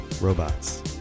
Robots